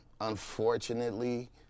unfortunately